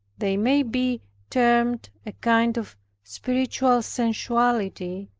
they may be termed a kind of spiritual sensuality,